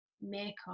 makeup